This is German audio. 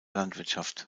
landwirtschaft